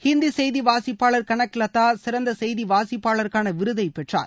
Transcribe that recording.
ஹிந்தி செய்தி வாசிப்பாளர் கனகலதா சிறந்த செய்தி வாசிப்பாளருக்கான விருதை பெற்றார்